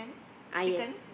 ah yes